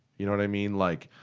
you know what i mean? like,